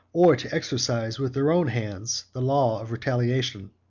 or to exercise with their own hands the law of retaliation.